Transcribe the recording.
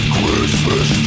Christmas